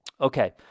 Okay